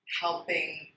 helping